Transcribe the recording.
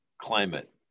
climate